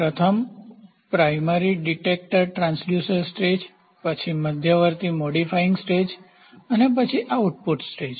પ્રથમ પ્રાઇમરીપ્રાથમિક detector transducer stage પછી મધ્યવર્તી મોડિફાઇંગ સ્ટેજ અને પછી આઉટપુટ સ્ટેજ